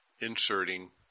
inserting